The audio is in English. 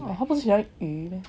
他不是喜欢鱼 meh